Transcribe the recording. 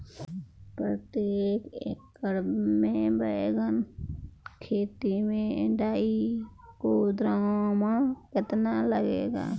प्रतेक एकर मे बैगन के खेती मे ट्राईकोद्रमा कितना लागेला?